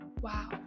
Wow